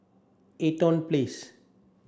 Eaton Place